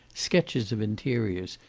sketches of interiors,